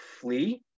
flee